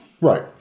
right